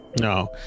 No